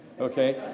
okay